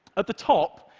at the top,